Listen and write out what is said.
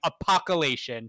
Apocalypse